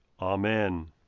Amen